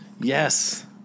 Yes